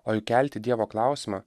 o juk kelti dievo klausimą